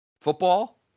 football